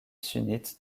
sunnites